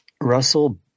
Russell